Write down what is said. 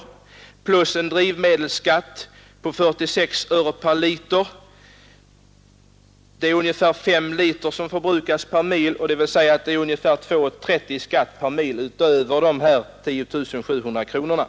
Dessutom utgår drivmedelsskatt med 46 öre per liter. Då fordonet förbrukar ungefär 5 liter drivmedel per mil, betyder det en skatt av ungefär 2:30 per mil utöver de 10 700 kronorna.